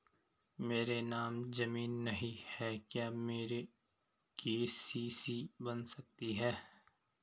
मेरे नाम ज़मीन नहीं है क्या मेरी के.सी.सी बन सकती है?